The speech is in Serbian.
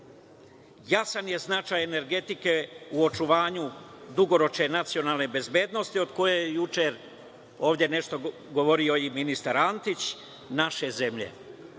jasan je značaj energetike u očuvanju dugoročne nacionalne bezbednosti, o kojoj je juče ovde nešto govorio i ministar Antić, naše zemlje. Zato